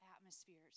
atmospheres